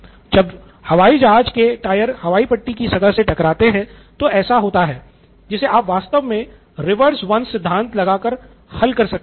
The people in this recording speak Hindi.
जब हवाई जहाज के टायर हवाई पट्टी की सतह से टकराते हैं तो ऐसा होता है जिसे आप वास्तव में reverse once सिद्धांत लगा कर हल कर सकते हैं